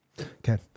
Okay